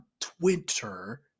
Twitter